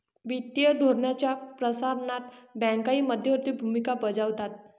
वित्तीय धोरणाच्या प्रसारणात बँकाही मध्यवर्ती भूमिका बजावतात